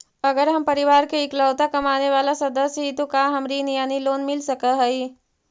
अगर हम परिवार के इकलौता कमाने चावल सदस्य ही तो का हमरा ऋण यानी लोन मिल सक हई?